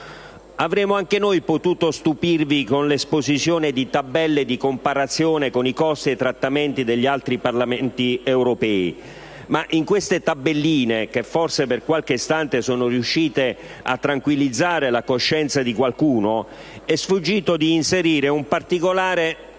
Avremmo anche noi potuto stupirvi con l'esposizione di tabelle di comparazione con i costi ed i trattamenti degli altri Parlamenti europei, ma in queste tabelline - che forse, per qualche istante, sono riuscite a tranquillizzare la coscienza di qualcuno - è sfuggito di inserire un particolare